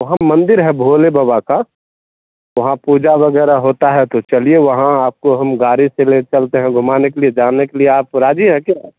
वहाँ मंदिर है भोले बबा का वहाँ पूजा वगैरह होता है तो चलिए वहाँ आपको हम गाड़ी से ले चलते हैं घुमाने के लिए जाने के लिए आप राज़ी हैं क्या